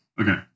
Okay